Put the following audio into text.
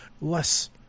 less